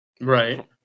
right